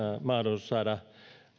mahdollisuus saada